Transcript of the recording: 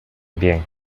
bien